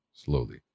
Slowly